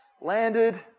Landed